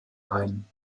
ein